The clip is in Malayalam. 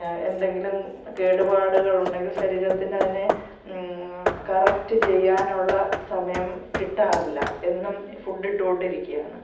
എന്തെങ്കിലും കേടുപാടുകളുണ്ടെങ്കിൽ ശരീരത്തിന് അതിനെ കറക്ട് ചെയ്യാനുള്ള സമയം കിട്ടാറില്ല എന്നും ഫുഡ് ഇട്ടുക്കൊണ്ടിരിക്കുകയാണ്